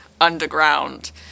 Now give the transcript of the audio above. underground